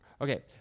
Okay